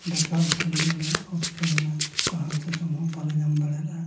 ᱫᱟᱠᱟ ᱩᱛᱩ ᱞᱟᱹᱜᱤᱫ ᱞᱮ ᱩᱴᱷᱠᱮᱨᱮᱱᱟ ᱥᱟᱦᱟᱱ ᱥᱟᱠᱟᱢ ᱦᱚᱸ ᱵᱟᱞᱮ ᱧᱟᱢ ᱫᱟᱲᱮᱭᱟᱫᱟ